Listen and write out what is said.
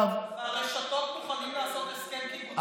ברשתות מוכנים לעשות הסכם קיבוצי?